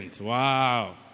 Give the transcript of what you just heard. Wow